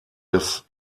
des